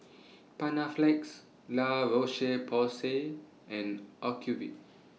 Panaflex La Roche Porsay and Ocuvite